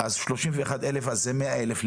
אז זה 100,000 לפחות.